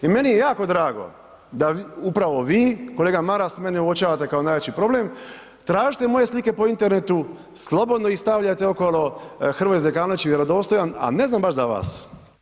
I meni je jako drago, da upravo vi kolega Maras mene uočavate kao najveći problem, tražite moje slike po internetu, slobodno ih stavljajte okolo, Hrvoje Zekanović je vjerodostojan, a ne znam baš za vas.